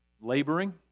laboring